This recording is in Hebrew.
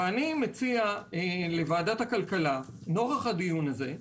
אני מציע לוועדת הכלכלה, נוכח הדיון הזה,